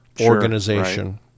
organization